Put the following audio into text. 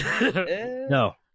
No